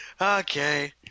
Okay